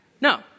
No